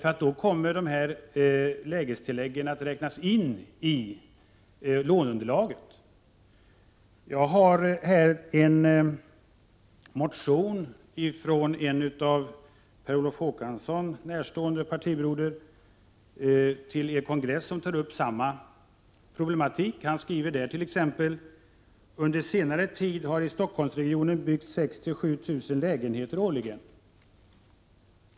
Jag har här en motion till den socialdemokratiska kongressen från en Per Olof Håkansson närstående partibroder, som tar upp samma problematik. Han säger: Under senare tid har i Stockholmsregionen byggts 6 000-7 000 lägenheter årligen.